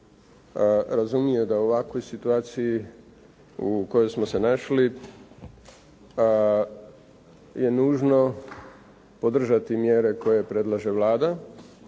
razumije da u ovakvoj situaciju u kojoj smo se našli je nužno podržati mjere koje predlaže Vlada